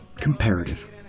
Comparative